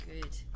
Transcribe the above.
good